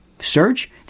search